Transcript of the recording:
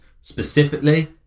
specifically